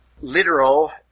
literal